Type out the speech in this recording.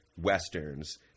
westerns